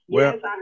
Yes